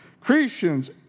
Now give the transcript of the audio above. Christians